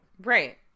right